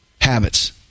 habits